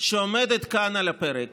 שעומדת כאן על הפרק